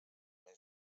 més